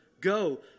go